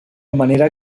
manera